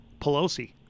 Pelosi